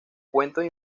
cuentos